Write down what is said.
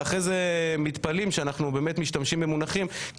ואחרי זה מתפלאים שאנחנו באמת משתמשים במונחים.